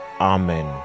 Amen